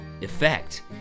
effect